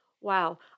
wow